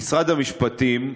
במשרד המשפטים,